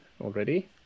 already